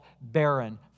barren